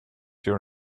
your